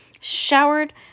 showered